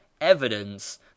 evidence